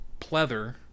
pleather